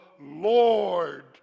Lord